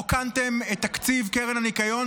רוקנתם את תקציב קרן הניקיון,